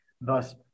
Thus